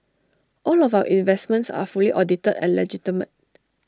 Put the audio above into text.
all of our investments are fully audited and legitimate